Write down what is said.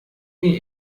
mir